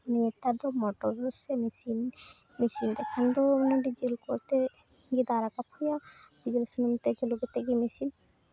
ᱱᱮᱛᱟᱨ ᱫᱚ ᱢᱚᱴᱚᱨ ᱥᱮ ᱢᱮᱹᱥᱤᱱ ᱢᱮᱹᱥᱤᱱ ᱛᱮᱠᱷᱟᱱ ᱫᱚ ᱰᱤᱡᱮᱞ ᱠᱚᱛᱮ ᱜᱮ ᱫᱟᱜ ᱨᱟᱠᱟᱵ ᱦᱩᱭᱩᱜᱼᱟ ᱰᱤᱡᱮ ᱥᱩᱱᱩᱢ ᱠᱚᱛᱮ ᱜᱮ ᱪᱟᱹᱞᱩ ᱠᱟᱛᱮ ᱜᱮ ᱢᱮᱹᱥᱤᱱ